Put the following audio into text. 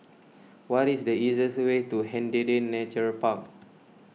what is the easiest way to Hindhede Nature Park